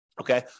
okay